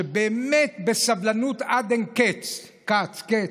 שבאמת בסבלנות עד אין-קץ, כץ קץ,